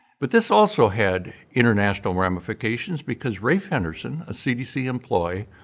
but this also had international ramifications because rafe henderson, a cdc employee,